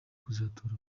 kuzatora